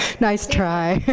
nice try.